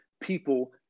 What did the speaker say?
people